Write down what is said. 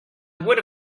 would